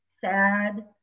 sad